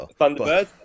Thunderbird